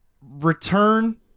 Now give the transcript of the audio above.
return